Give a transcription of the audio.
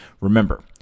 Remember